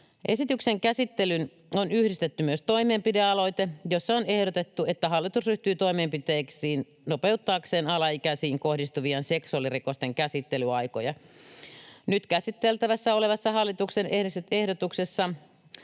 Esityksen käsittelyyn on yhdistetty myös toimenpidealoite, jossa on ehdotettu, että hallitus ryhtyy toimenpiteisiin nopeuttaakseen alaikäisiin kohdistuvien seksuaalirikosten käsittelyaikoja. Nyt käsiteltävänä olevassa hallituksen esityksessä